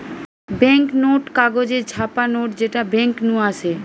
bank note কাগজে ছাপা note যেটা বেঙ্ক নু আসে